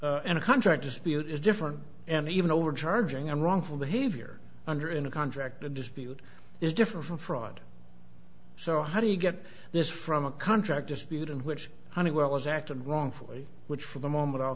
fraud in a contract dispute is different and even overcharging and wrongful behavior under in a contract dispute is different from fraud so how do you get this from a contract dispute in which honeywell has acted wrongfully which for the moment i'll